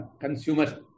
Consumer